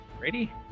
Ready